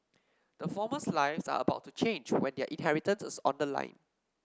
the former's lives are about to change when their inheritance is on the line